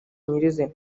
nyirizina